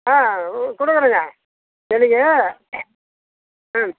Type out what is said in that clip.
ஆ கொடுக்கறங்க எனக்கு ம்